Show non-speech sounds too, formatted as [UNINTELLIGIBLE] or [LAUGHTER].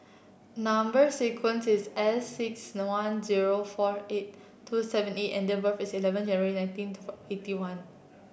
number sequence is S six one zero four eight two seven E and date of birth is eleven January nineteen [UNINTELLIGIBLE] eighty one